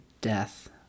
death